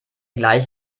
gleich